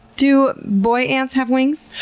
do boy ants have wings?